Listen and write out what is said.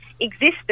existed